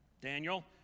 Daniel